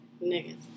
niggas